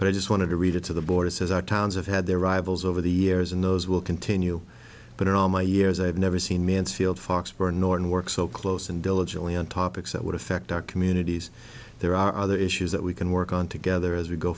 but i just wanted to read it to the board says our towns have had their rivals over the years and those will continue but in all my years i have never seen mansfield foxborough nor in work so close and diligently on topics that would affect our communities there are other issues that we can work on together as we go